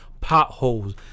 potholes